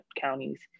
counties